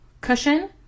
cushion